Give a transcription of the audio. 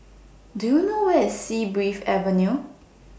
Do YOU know Where IS Sea Breeze Avenue